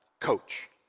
coach